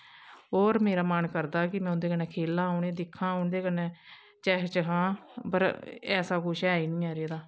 होर मेरा मन करदा कि में उं'दे कन्नै खेलां उ'नेंगी दिक्खा उं'दे कन्नै चै चहां पर ऐसा कुछ ऐ नी ऐ रेह्दा